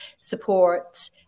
support